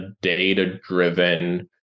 data-driven